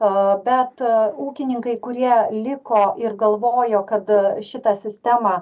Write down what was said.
o bet ūkininkai kurie liko ir galvojo kad šitą sistemą